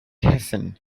hassan